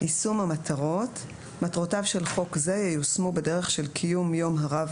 יישום המטרות 2. מטרותיו של חוק זה ייושמו בדרך של קיום יום הרב